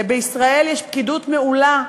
ובישראל יש פקידות מעולה,